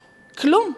כלום.